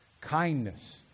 kindness